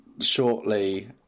shortly